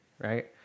right